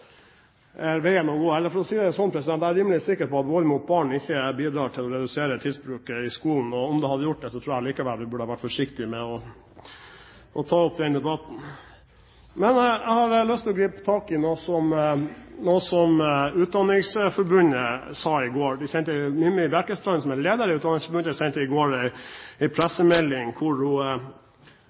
for å si det sånn. Jeg er rimelig sikker på at vold mot barn ikke bidrar til å redusere tidsbruken i skolen. Om det hadde gjort det, tror jeg likevel vi burde vært forsiktige med å ta opp den debatten. Jeg har lyst til å gripe tak i noe som Utdanningsforbundet sa i går. Mimi Bjerkestrand, som er leder i forbundet, sendte i går ut en pressemelding hvor det